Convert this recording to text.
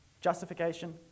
Justification